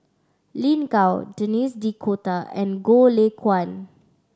Lin Gao Denis D'Cotta and Goh Lay Kuan